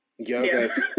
Yoga's